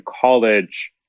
college